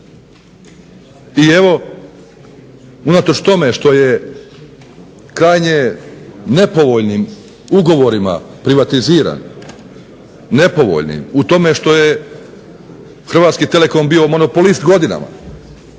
I evo unatoč tome što je krajnje nepovoljnim ugovorima privatiziran, nepovoljnim u tome što je Hrvatski telekom bio monopolist godinama